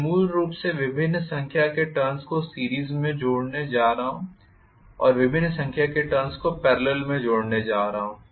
मैं मूल रूप से विभिन्न संख्या के टर्न्स को सीरीस में जोड़ने जा रहा हूँ और विभिन्न संख्या के टर्न्स को पेरलल में जोड़ा जा रहा है